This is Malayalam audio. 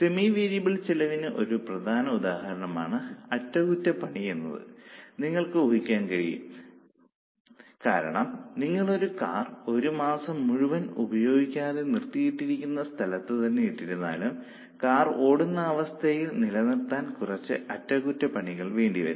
സെമി വേരിയബിൾ ചെലവിന് ഒരു പ്രധാന ഉദാഹരണമാണ് അറ്റകുറ്റപ്പണി എന്ന് നിങ്ങൾക്ക് ഊഹിക്കാൻ കഴിയും എന്ന് ഞാൻ കരുതുന്നു കാരണം നിങ്ങൾ ഒരു കാർ ഒരു മാസം മുഴുവൻ ഉപയോഗിക്കാതെ നിർത്തിയിട്ടിരിക്കുന്ന സ്ഥലത്തുതന്നെ ഇട്ടിരുന്നാലും കാർ ഓടുന്ന അവസ്ഥയിൽ നിലനിർത്താൻ കുറച്ച് അറ്റകുറ്റപ്പണികൾ വേണ്ടിവരും